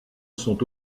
sont